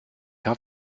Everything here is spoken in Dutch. had